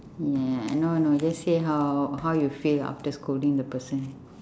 y~ no no just say how how you feel after scolding the person